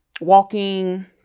walking